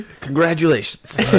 Congratulations